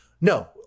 No